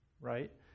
right